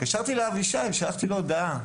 התקשרתי לאבישי ושלחתי לו הודעה.